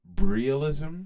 realism